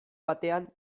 batean